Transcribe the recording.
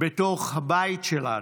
בתוך הבית שלנו,